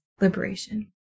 liberation